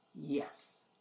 yes